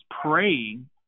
praying